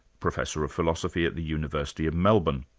professor of philosophy at the university of melbourne,